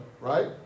right